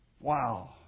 Wow